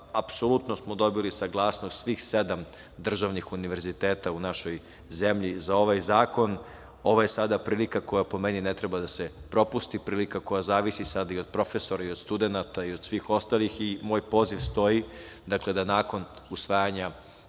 napred. Apsolutno smo dobili saglasnost svih sedam državnih univerziteta u našoj zemlji za ovaj zakon. Ovo je sada prilika koja, po meni, ne treba da se propusti, prilika koja sada zavisi i od profesora i od studenata i od svih ostalih i moj poziv stoji, da nakon usvajanja